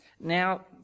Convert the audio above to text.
Now